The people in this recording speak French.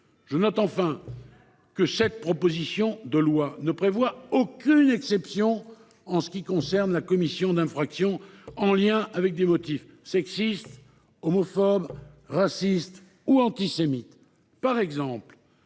Je note enfin que cette proposition de loi ne prévoit aucune exception en ce qui concerne la commission d’infractions en lien avec des motifs sexistes, homophobes, racistes ou antisémites.